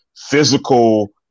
physical